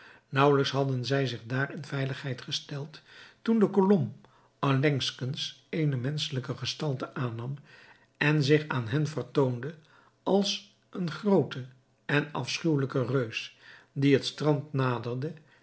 naauwelijks hadden zij zich daar in veiligheid gesteld toen de kolom allengskens eene menschelijke gestalte aannam en zich aan hen vertoonde als een groote en afschuwelijke reus die het strand naderde